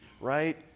right